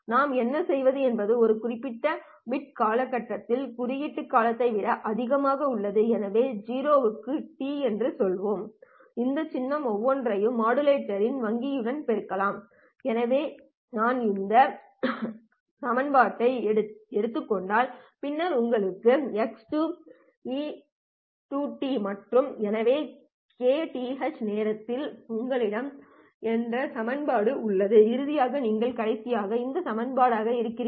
நாம் என்ன செய்வது என்பது ஒரு குறிப்பிட்ட பிட் காலகட்டத்தில் குறியீட்டு காலத்தை விட அதிகமாக உள்ளது எனவே 0 க்கு T என்று சொல்வோம் இந்த சின்னங்கள் ஒவ்வொன்றையும் மாடுலேட்டரின் வங்கியுடன் பெருக்கலாம் எனவே நான் இந்த X0ej2πf0t X1ej2πf1t ஐ எடுத்துக் கொண்டால் பின்னர் உங்களிடம் X2 ej2πf2t மற்றும் எனவே kth நேரத்தில் உங்களிடம் Xkej2πfkt உள்ளது இறுதியாக நீங்கள் கடைசியாக Xn 1 ej2πfn 1 ஆக இருக்கிறீர்கள்